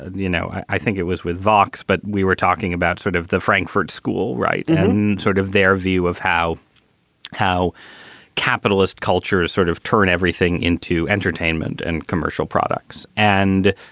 you know, i think it was with vox, but we were talking about sort of the frankfurt school. right. and sort of their view of how how capitalist cultures sort of turn everything into entertainment and commercial products and,